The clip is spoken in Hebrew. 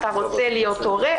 אתה רוצה להיות הורה,